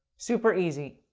super easy.